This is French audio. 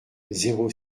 zéro